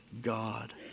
God